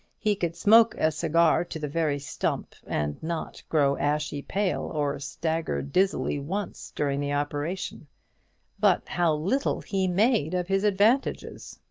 he could smoke a cigar to the very stump, and not grow ashy pale, or stagger dizzily once during the operation but how little he made of his advantages!